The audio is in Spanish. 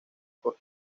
por